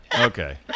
Okay